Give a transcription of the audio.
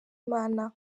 imana